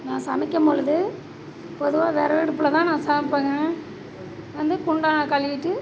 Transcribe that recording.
நான் சமைக்கும் மொழுது பொதுவாக வெறகு அடுப்பில் தான் நான் சமைப்பேங்க வந்து குண்டானை கழுவிட்டு